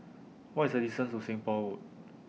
What IS The distance to Seng Poh Road